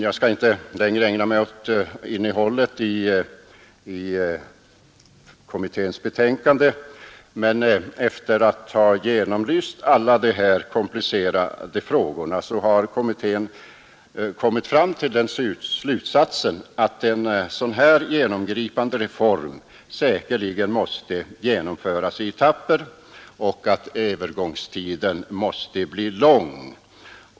Jag skall nu inte längre dröja vid innehållet i kommitténs betänkande utan konstaterar bara att kommittén efter att ha genomlyst alla dessa komplicerade frågor har kommit till den slutsatsen att ett så genomgripande reformförslag måste genomföras i etapper och att övergångstiden måste bli lång.